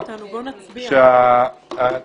אדוני היושב-ראש,